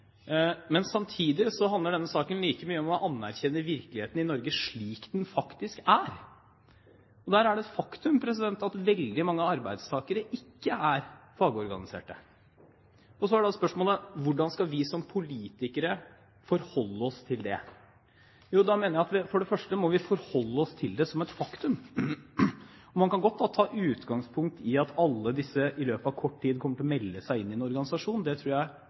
Men samtidig handler denne saken like mye om å anerkjenne virkeligheten i Norge slik den faktisk er. Og det er et faktum at veldig mange arbeidstakere ikke er fagorganiserte. Da er spørsmålet: Hvordan skal vi som politikere forholde oss til det? Jo, for det første må vi forholde oss til det som et faktum. Man kan godt ta utgangspunkt i at alle disse arbeidstakerne i løpet av kort tid kommer til å melde seg inn i en organisasjon. Men det tror jeg